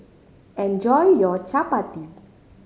enjoy your Chapati